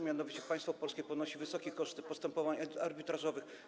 Mianowicie państwo polskie ponosi wysokie koszty postępowań arbitrażowych.